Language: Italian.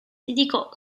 dedicò